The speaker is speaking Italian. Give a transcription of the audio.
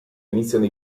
iniziano